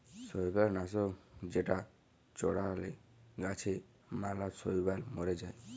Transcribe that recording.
শৈবাল লাশক যেটা চ্ড়ালে গাছে ম্যালা শৈবাল ম্যরে যায়